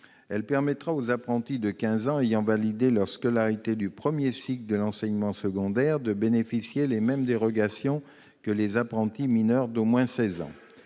Cela permettra aux apprentis de 15 ans ayant validé leur scolarité du premier cycle de l'enseignement secondaire de bénéficier des mêmes dérogations que les apprentis mineurs d'au moins 16 ans.